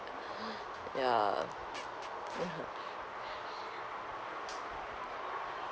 ya